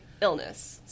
illness